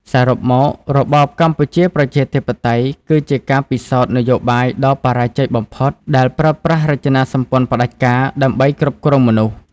សរុបមក របបកម្ពុជាប្រជាធិបតេយ្យគឺជាការពិសោធន៍នយោបាយដ៏បរាជ័យបំផុត ដែលប្រើប្រាស់រចនាសម្ព័ន្ធផ្ដាច់ការដើម្បីគ្រប់គ្រងមនុស្ស។